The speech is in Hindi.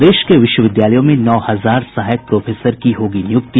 प्रदेश के विश्वविद्यालयों में नौ हजार सहायक प्रोफेसर की होगी नियुक्ति